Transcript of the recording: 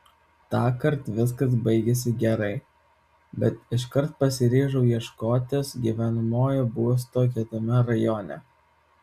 tąkart viskas baigėsi gerai bet iškart pasiryžau ieškotis gyvenamojo būsto kitame rajone